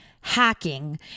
hacking